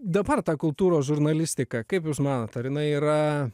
dabar ta kultūros žurnalistika kaip jūs manot ar jinai yra